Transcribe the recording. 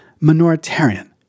minoritarian